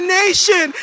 nation